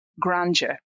grandeur